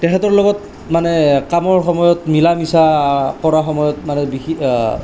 তেখেতৰ লগত মানে কামৰ সময়ত মিলা মিছা কৰা সময়ত মানে